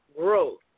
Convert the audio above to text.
growth